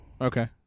Okay